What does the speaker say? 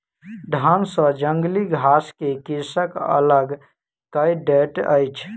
धान सॅ जंगली घास के कृषक अलग कय दैत अछि